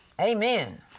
amen